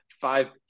five